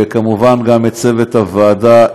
וכמובן גם לצוות הוועדה,